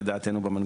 תחילה.